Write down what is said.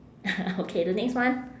okay the next one